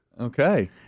Okay